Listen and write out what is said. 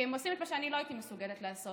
כי הם עושים את מה שאני לא הייתי מסוגלת לעשות.